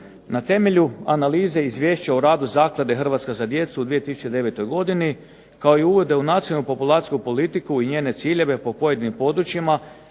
Na temelju analize izvješća o radu zaklade "Hrvatska za djecu" u 2009. godini, kao i uvode u nacionalnu populacijsku politiku i njene ciljeve po pojedinim područjima,